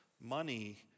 Money